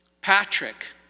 Patrick